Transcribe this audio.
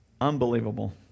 unbelievable